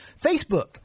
Facebook